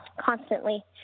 constantly